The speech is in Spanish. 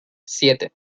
siete